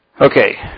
Okay